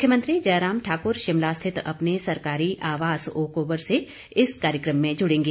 मुख्यमंत्री जयराम ठाक्र शिमला स्थित अपने सरकारी आवास ओक ओवर से इस कार्यक्रम में जुड़ेंगे